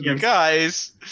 guys